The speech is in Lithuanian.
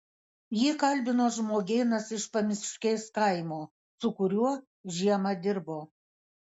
jį kalbino žmogėnas iš pamiškės kaimo su kuriuo žiemą dirbo